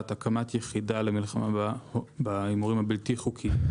הקמת יחידה למלחמה בהימורים הבלתי חוקיים.